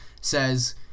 says